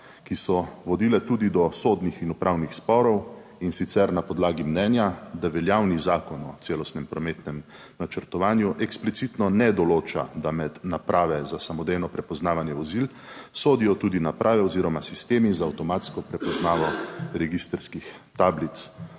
ki so vodile tudi do sodnih in upravnih sporov in sicer na podlagi mnenja, da veljavni Zakon o celostnem prometnem načrtovanju eksplicitno ne določa, da med naprave za samodejno prepoznavanje vozil sodijo tudi naprave oziroma sistemi za avtomatsko prepoznavo registrskih tablic.